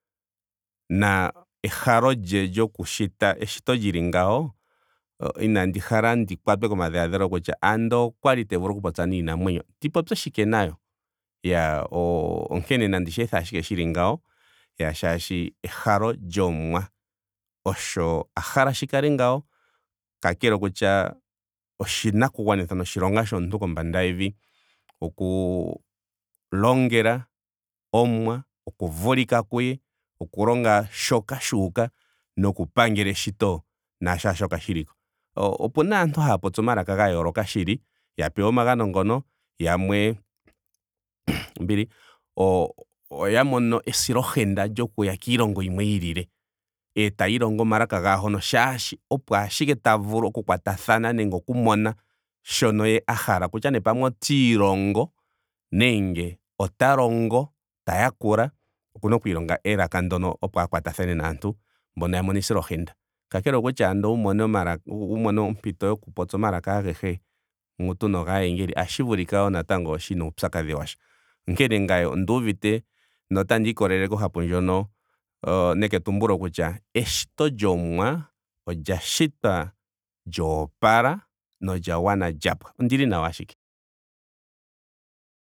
Na ehalo lye lyoku shita eshito lili ngawo inandi hala ndi kwatwe komadhiladhilo kutya andola okwali te vulu oku popya niinamwenyo. ndi popye shike nayo? Iya o- onkene nandi shi ethe ashike shili ngawo shaashi ehalo lyomuwa osho a hala shi kale shili ngawo kakele okutya oshinakugwanithwa noshilonga shomuntu kombanda yevi oku longela omuwa. oku vulika kuye. oku longa shoka shuuka. noku pangela eshito naashashoka shiliko. O- Opena aantu haya popi omalaka ga yooloka shili. ya pewa omagano ngono. yamwe, ombili oya mono esilohenda lyokuya kiilongo yimwe yiilile. Etaya ilongo omalaka gaahono shaashi opo ashike ta vulu oku kwatathana nenge oku mona shono ye a hala. okutya nee pamwe ota ilongo. nenge ota longo. ta yakula. okuna oku ilonga elaka ndono opo a kwatathane naantu mbono ya mono esilohenda. Kakele ando owu mone omalaka owu mone ompito yoku popya omalaka ahege mutu nogaayengeli. ohashi vulika wo natango kaimba shina uupyakadhi washa. Onkene ngame onduuvite notandi ikolele kohapu ndjono noketumbulo kutya eshito lyomuwa olya shitwa lya opala nolya gwana lya. Ondili nawa ashike.